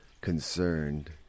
concerned